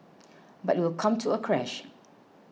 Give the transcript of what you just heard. but it will come to a crash